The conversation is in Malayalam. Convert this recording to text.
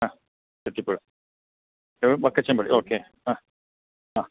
ആ തെച്ചിപ്പുഴ എവിടെ ആണ് വക്കച്ചൻ പള്ളി ഓക്കെ ആ ആ